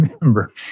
remember